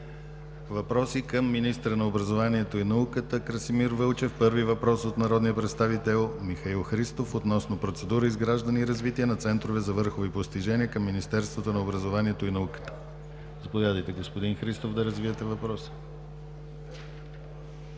Въпроси към министъра на образованието и науката Красимир Вълчев. Първи въпрос от народния представител Михаил Христов относно процедура, изграждане и развитие на центрове за върхови постижения към Министерството на образованието и науката. Заповядайте, господин Христов, да развиете въпроса.